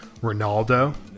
Ronaldo